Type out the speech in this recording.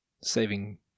saving